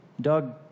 Doug